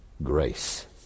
Grace